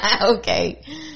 Okay